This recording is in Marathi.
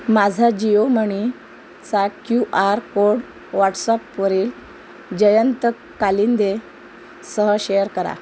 माझा जिओ मणीचा क्यू आर कोड व्हॉट्सॲपवरील जयंत कालिंदेसह शेअर करा